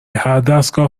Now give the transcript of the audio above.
هردستگاه